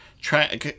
try